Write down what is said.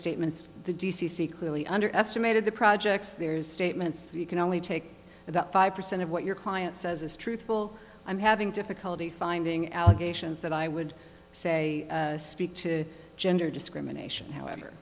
statements d c c clearly underestimated the projects their statements you can only take about five percent of what your client says is truthful i'm having difficulty finding allegations that i would say speak to gender discrimination however